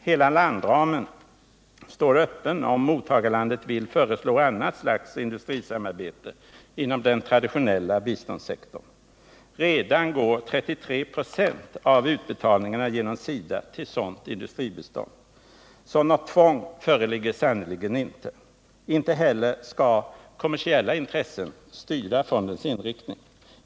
Hela landramen står öppen om mottagarlandet vill föreslå annat slags industrisamarbete inom den traditionella biståndssektorn. Redan går 33 26 av utbetalningarna genom SIDA till sådant industribistånd. Så något tvång föreligger sannerligen inte. Inte heller skall kommersiella intressen styra fondens inriktning.